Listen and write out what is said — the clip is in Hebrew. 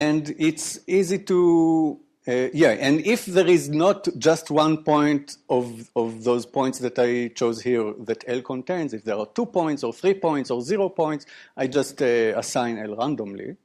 ‫ואז זה איפה ש... ‫כן, ואם לא יש רק ‫אחד מהפונטים ‫שחשבתי פה שהל מכיר, ‫אם יש שני פונטים ‫או שלושה פונטים או אף פונטים, ‫אני פשוט משחרר לל רחוק.